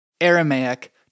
Aramaic